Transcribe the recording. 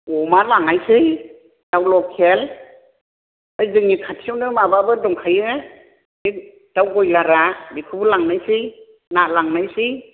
अमा लांनोसै दाउ लकेल ओमफ्राय जोंनि खाथियावनो माबाबो दंखायो बे दाउ बयलारा बेखौबो लांनोसै ना लांनोसै